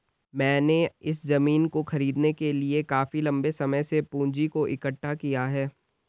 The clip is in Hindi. मैंने इस जमीन को खरीदने के लिए काफी लंबे समय से पूंजी को इकठ्ठा किया है